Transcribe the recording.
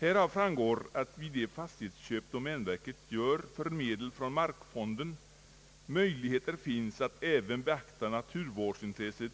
Härav framgår att vid de fastighetsköp domänverket gör för medel från markfonden möjligheter finns att även beakta naturvårdsintresset